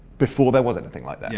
before there was anything like that. yeah